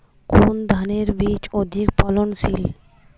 কোন ধানের বীজ অধিক ফলনশীল?